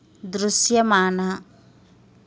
దృశ్యమాన